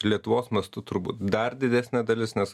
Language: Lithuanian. lietuvos mastu turbūt dar didesnė dalis nes